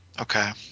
Okay